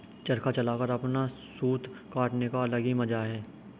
चरखा चलाकर अपना सूत काटने का अलग ही मजा है